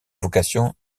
vocation